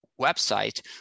website